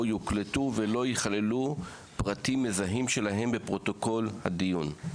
יוקלטו ולא יכללו פרטים מזהים שלהם בפרוטוקול הדיון.